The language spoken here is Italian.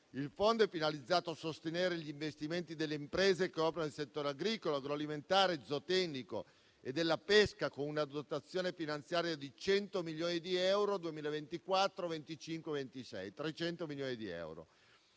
finalizzato a sostenere gli investimenti delle imprese che operano nel settore agricolo, agroalimentare, zootecnico e della pesca, con una dotazione finanziaria di 100 milioni di euro rispettivamente